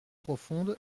profonde